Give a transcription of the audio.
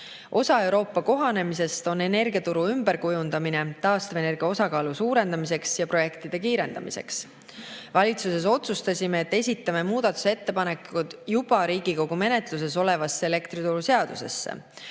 Osa Euroopa kohanemisest on energiaturu ümberkujundamine taastuvenergia osakaalu suurendamiseks ja projektide kiirendamiseks. Valitsuses otsustasime, et esitame muudatusettepanekud juba Riigikogu menetluses olevasse elektrituruseadusesse.